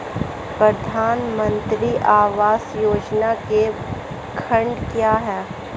प्रधानमंत्री आवास योजना के खंड क्या हैं?